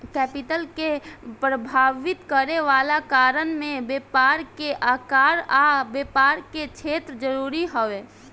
capital के प्रभावित करे वाला कारण में व्यापार के आकार आ व्यापार के क्षेत्र जरूरी हवे